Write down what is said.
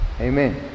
amen